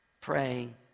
praying